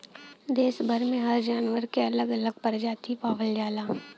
देस भर में हर जानवर के अलग अलग परजाती पावल जाला